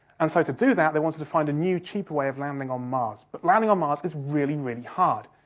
and so, to do that, they wanted to find a new, cheaper way of landing on mars. but landing on mars is really, really hard.